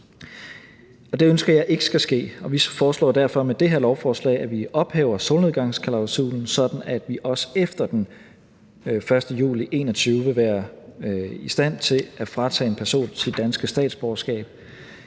Det ønsker jeg ikke skal ske, og vi foreslår derfor med det her lovforslag, at vi ophæver solnedgangsklausulen, sådan at vi også efter den 1. juli 2021 vil være i stand til at fratage en person sit danske statsborgerskab,